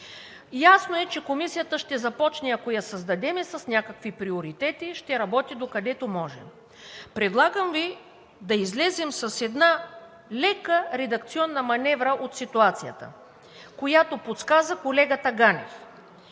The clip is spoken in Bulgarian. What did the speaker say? Ясно е, че Комисията ще започне, ако я създадем, с някакви приоритети, ще работи, докъдето може. Предлагам Ви да излезем с една лека редакционна маневра от ситуацията, която подсказа колегата Ганев.